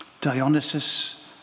Dionysus